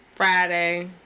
Friday